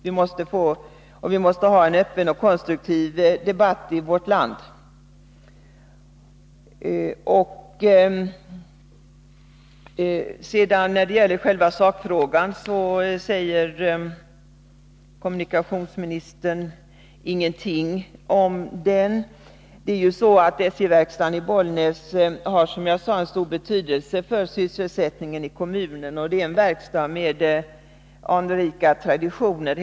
Vi måste ha en öppen och konstruktiv debatt i vårt land. Om själva sakfrågan säger kommunikationsministern ingenting. SJ-verkstaden i Bollnäs har ju, som jag sade, stor betydelse för sysselsättningen i kommunen. Det är en verkstad med anrika traditioner.